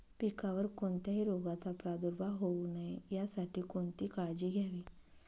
पिकावर कोणत्याही रोगाचा प्रादुर्भाव होऊ नये यासाठी कोणती काळजी घ्यावी?